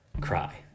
cry